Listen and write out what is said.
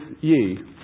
ye